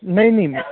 नहीं नहीं मैम